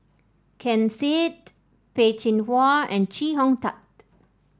Ken Seet Peh Chin Hua and Chee Hong Tat